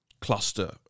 cluster